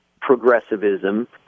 progressivism